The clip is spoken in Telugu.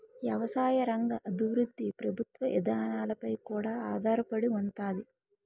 ఎవసాయ రంగ అభివృద్ధి ప్రభుత్వ ఇదానాలపై కూడా ఆధారపడి ఉంతాది